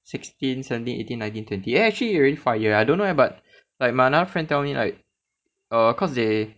sixteen seventeen eighteen nineteen twenty actually already five year I don't know leh but like my another friend tell me like err cause they